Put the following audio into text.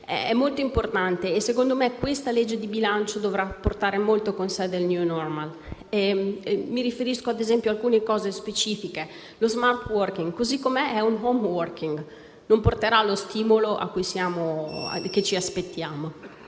È molto importante e secondo me la legge di bilancio dovrà portare molto con sé del *new normal*. Mi riferisco - ad esempio - ad alcuni temi specifici: lo *smart working*, così com'è, è un *home working* e non porterà allo stimolo che ci aspettiamo.